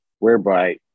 whereby